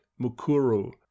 mukuru